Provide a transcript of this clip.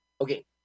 Okay